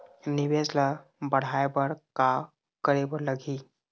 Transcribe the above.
निवेश ला बड़हाए बर का करे बर लगही?